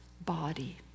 body